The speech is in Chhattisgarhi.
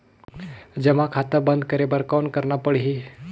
जमा खाता बंद करे बर कौन करना पड़ही?